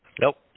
Nope